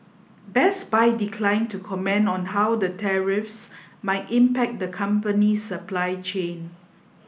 Best Buy declined to comment on how the tariffs might impact the company's supply chain